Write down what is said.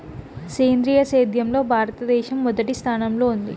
సేంద్రీయ సేద్యంలో భారతదేశం మొదటి స్థానంలో ఉంది